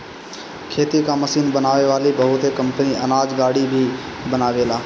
खेती कअ मशीन बनावे वाली बहुत कंपनी अनाज गाड़ी भी बनावेले